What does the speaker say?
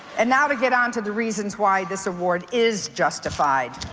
and now to get on to the reasons why this award is justified.